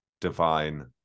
divine